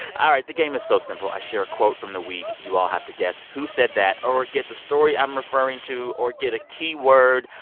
all right. the game is so simple. i share a quote from the week. you all have to guess who said that or get the story i'm referring to or get a key word.